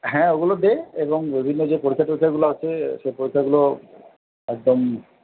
হ্যাঁ ওগুলো দে এবং বিভিন্ন যে পরীক্ষা টরীক্ষাগুলো আছে সে পরীক্ষাগুলো একদম